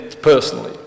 personally